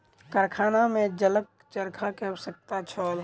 कारखाना में जलक चरखा के आवश्यकता छल